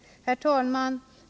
Herr talman!